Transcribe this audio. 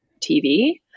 TV